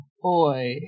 boy